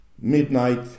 midnight